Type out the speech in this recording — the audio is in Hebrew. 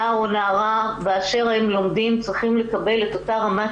נער או נערה באשר הם לומדים צריכים לקבל את אותה רמת